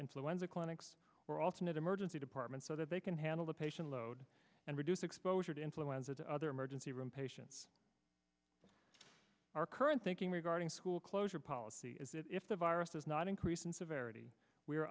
influenza clinics were alternate emergency departments so that they can handle the patient load and reduce exposure to influenza to other emergency room patients our current thinking regarding school closure policy is that if the virus does not increase in severity we